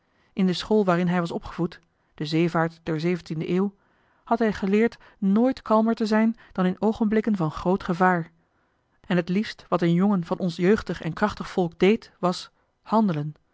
in de school waarin hij was opgevoed de zeevaart der zeventiende eeuw had hij geleerd nooit kalmer te zijn dan in oogenblikken van groot gevaar en het liefst wat een jongen van ons jeugdig en krachtig volk deed was handelen